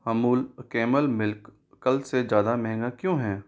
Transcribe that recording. Amul camel milk कल से ज़्यादा महंगा क्यों है